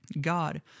God